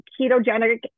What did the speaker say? ketogenic